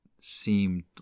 seemed